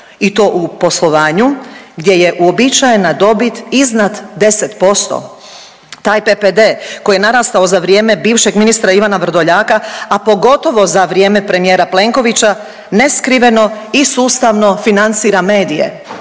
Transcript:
i to u poslovanju gdje je uobičajena dobit iznad 10%. Taj PPD koji je narastao za vrijeme bivšeg ministra Ivana Vrdoljaka, a pogotovo za vrijeme premijera Plenkovića neskriveno i sustavno financira medije.